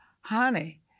Honey